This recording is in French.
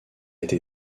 été